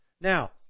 Now